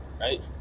right